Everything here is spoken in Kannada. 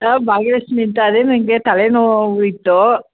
ಅಲೋ ಭಾಗ್ಯಲಕ್ಷ್ಮೀ ಅಂತ ಅದೇ ನಂಗೆ ತಲೆ ನೋವು ಇತ್ತೂ